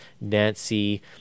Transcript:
Nancy